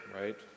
right